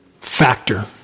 factor